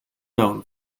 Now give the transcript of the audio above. known